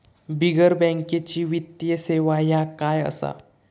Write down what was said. बिगर बँकेची वित्तीय सेवा ह्या काय असा?